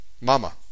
Mama